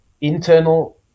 internal